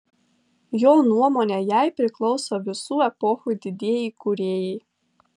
jo nuomone jai priklauso visų epochų didieji kūrėjai